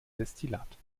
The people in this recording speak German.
destillat